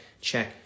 Check